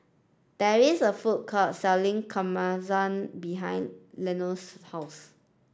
there is a food court selling Kamameshi behind Leonce's house